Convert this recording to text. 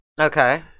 Okay